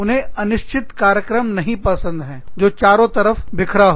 उन्हें अनिश्चित कार्यक्रम नहीं पसंद है जो चारों तरफ बिखरा हो